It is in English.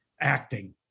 acting